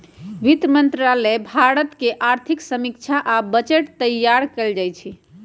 वित्त मंत्रालय द्वारे भारत के आर्थिक समीक्षा आ बजट तइयार कएल जाइ छइ